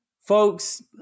Folks